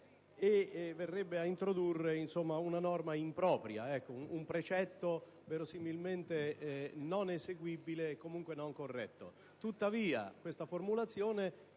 e dunque introdurrebbe una norma impropria, un precetto verosimilmente non eseguibile e comunque non corretto.